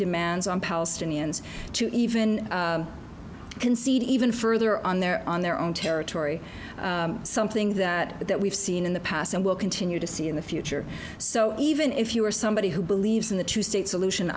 demands on palestinians to even concede even further on their on their own territory something that that we've seen in the past and will continue to see in the future so even if you are somebody who believes in the two state solution